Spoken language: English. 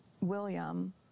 William